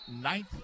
ninth